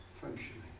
functioning